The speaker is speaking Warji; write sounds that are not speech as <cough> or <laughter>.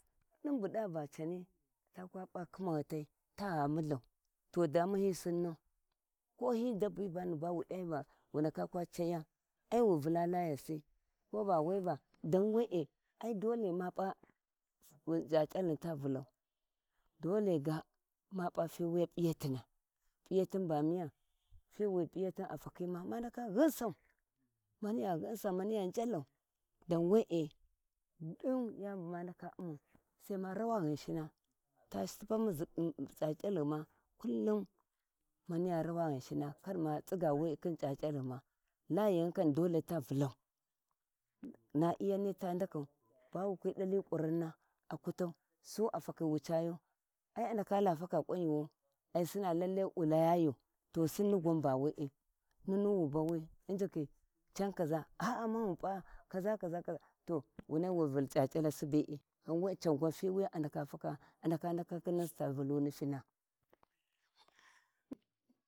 Din bu dava cani takwa p’a khinalitei to ta wuthau to ɗamun hi sinna kohi dabbi bani wu ɗivi wu ndaka kwa caya ai wubu layasi ko ba we va dan wee ai dole ma p’a c’ac’alghum ta Vulhau, dole ga ma p’a tiwiya p’iyatin p'iyatin ba miya tiwi p’iyatin a fakhima mama ndaka ghuusau maniya ghumsai mamiya njalau don wee din yani bu ma ndaka umau sai ma nawa, Ghinshina fakhiya Suppamu zippi C’aC’al guma kullum maniya rawa Ghinshina har ma tsigga we khin cacalghuma layighum kam dole ta Vulau, na iyani to ndaku bawu kwi dadi kuruna aku tau su a takhi wu cayu ai ndaka faka ƙunyuwau ai Sinna lallai wu layayu, to Sinni gwan bawee nunu wu bawi injiki can kaʒa aa mun ghi p’a keʒafaʒa to wuna wu Vul c’acalasi be’e ghan we can gwan fi wuya a ndaka fakaa ghan we’e a ndaka ndakau khin nesi ta vulu nifina. <noise>